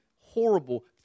horrible